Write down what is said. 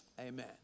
amen